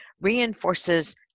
reinforces